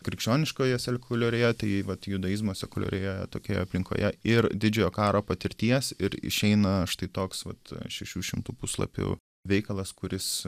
krikščioniškoje sekuliarioje tai vat judaizmas sekuliarioje tokioje aplinkoje ir didžiojo karo patirties ir išeina štai toks vat šešių šimtų puslapių veikalas kuris